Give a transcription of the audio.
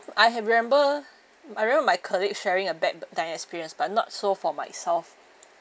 I have remember I remember my colleague sharing a bad dining experience but not so for myself